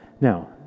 Now